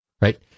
right